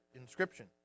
inscription